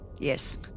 Yes